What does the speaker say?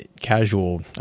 casual